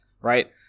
Right